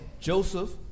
Joseph